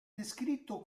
descritto